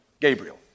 Gabriel